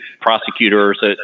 prosecutors